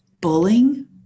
Bullying